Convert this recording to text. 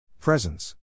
Presence